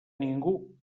ningú